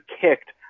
kicked